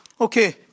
Okay